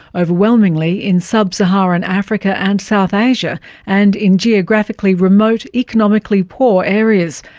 overwhelmingly in sub-saharan africa and south asia and in geographically remote, economically poor areas.